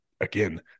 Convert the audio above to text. again